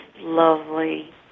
lovely